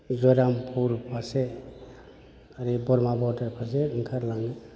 जरामफुर फारसे ओरै बरमा बर्डार फारसे ओंखारलाङो